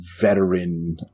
veteran